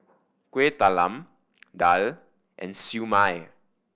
Kueh Talam daal and Siew Mai